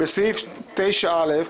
בסעיף 9(א),